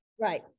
Right